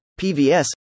PVS